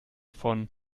von